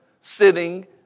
sitting